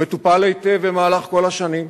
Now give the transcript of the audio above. הוא מטופל היטב במהלך כל השנים,